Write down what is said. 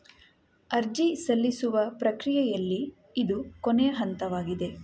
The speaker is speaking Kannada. ಅರ್ಜಿ ಸಲ್ಲಿಸುವ ಪ್ರಕ್ರಿಯೆಯಲ್ಲಿ ಇದು ಕೊನೇ ಹಂತವಾಗಿದೆ